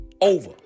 Over